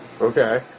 Okay